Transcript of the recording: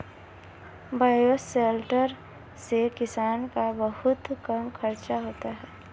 bioshelter से किसान का बहुत कम खर्चा होता है